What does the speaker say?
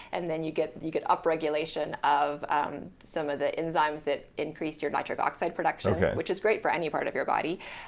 and then you get you get up-regulation of um some of the enzymes that increase your nitric oxide production which is great for any part of your body.